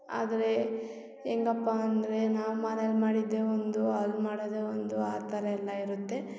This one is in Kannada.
ಆದರೆ ಹೆಂಗಪ್ಪ ಅಂದರೆ ನಾವು ಮನೇಲಿ ಮಾಡಿದ್ದೆ ಒಂದು ಅಲ್ಲಿ ಮಾಡದೆ ಒಂದು ಆ ಥರ ಎಲ್ಲ ಇರುತ್ತೆ